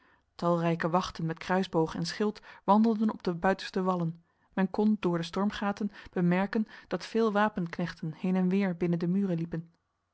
talrijke wachten met kruisboog en schild wandelden op de buitenste wallen men kon door de stormgaten bemerken dat veel wapenknechten heen en weer binnen de muren liepen